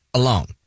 alone